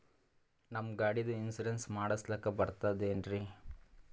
ನಮ್ಮ ಗಾಡಿದು ಇನ್ಸೂರೆನ್ಸ್ ಮಾಡಸ್ಲಾಕ ಬರ್ತದೇನ್ರಿ?